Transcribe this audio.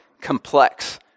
complex